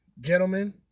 gentlemen